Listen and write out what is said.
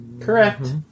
Correct